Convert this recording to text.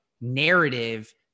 narrative